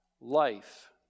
life